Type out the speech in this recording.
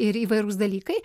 ir įvairūs dalykai